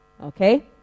Okay